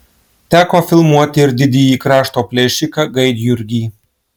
teko filmuoti ir didįjį krašto plėšiką gaidjurgį